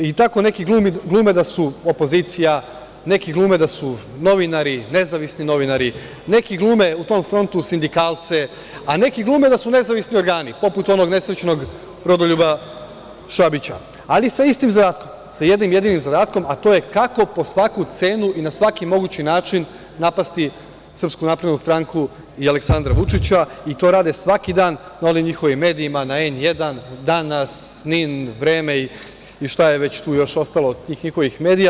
Tako neki glume da su opozicija, neki glume da su novinari, nezavisni novinari, neki glume u tom frontu sindikalce, a neki glume da su nezavisni organi, poput onog nesrećnog Rodoljuba Šabića, ali sa istim zadatkom, sa jednim jedinim zadatkom, a to je kako po svaku cenu i na svaki mogući način napasti SNS i Aleksandra Vučića i to rade svaki dan na onim njihovim medijima, na N1, „Danas“, NIN, „Vreme“ i šta je već tu sve ostalo od tih njihovih medija.